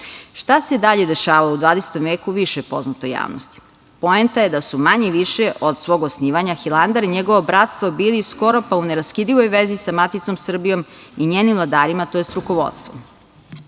se dalje dešavalo u 20. veku više je poznato javnosti. Poenta je da su manje-više od svog osnivanja Hilandar i njegovo bratstvo bili skoro pa u neraskidivoj vezi sa maticom Srbijom i njenim vladarima, tj. rukovodstvom. Ono